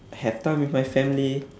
have time with my family